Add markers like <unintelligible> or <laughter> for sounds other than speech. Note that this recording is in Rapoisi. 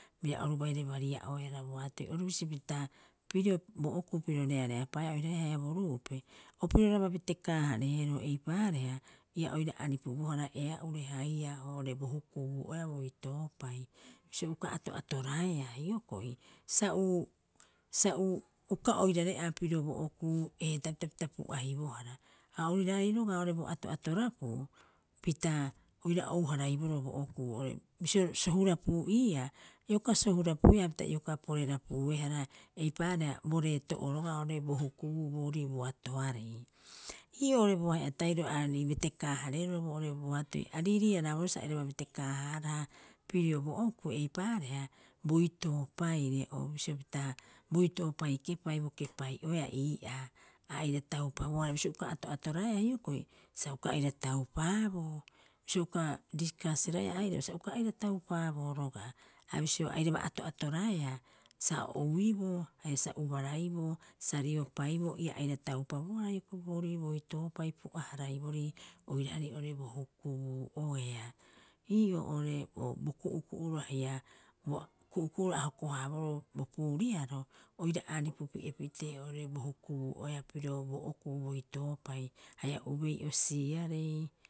Bira orubaire baria'oehara boatoi orubisi pita pirio bo okuu piro reareapaaea oiraae haia bo ruupe, o piroraba beteekaa- hareeroo eipaareha ia oira aripubohara ea'ure haia oo'ore bo hukubuu oea boitoopai. Bisio uka ato'atoraae hioko'i sa <hesitation> uka oirare'aa pirio bo okuu heetaapita pita pu'aibohara. Ha oiraarei roga'a oo'ore bo ato'atorapuu pita oira ouharaiboroo bo okuu oo'ore bisio sohurapuu iiaa ioka sohurapuuia hapita ioka porerapuuehara eipaareha bo reto'oo roga'a oo'ore bo hukubuu boorii boatoarei. <unintelligible> Bo ahe'a tahiro iarei betekaa- hareeroo boo'ore boatoi. A riirii- haraaboroo sa airaba betekaa- haaraha pirio bo okuu eipaareha boitoopaire o bisio pita boitoopai kepai bo kepai'oea ii'aa, aira taupabohara bisio uka ato'ato raea hioko'i sa uka aira taupaaboo bisio uka diskasraea airaba sa uka aira taupaaboo roga'a, ha bisio airaba ato'atoraea sa ouiboo haia sa ubaraiboo sa riopaiboo ia aira taupabohara hioko'i boorii boitoopai pu'a- haraiborii oiraarei oo'ore bo hukubuu'oea. Ii'oo o'ore o bo ku'uku'uro haia ua ku'uku'uro a hoko- haaboroo bo puuriaroo oira aripupi'epitee oo'ore bo hukubuu oea pirio bo okuu boitoopai hai ubei'osiiarei.